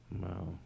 Wow